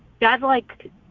godlike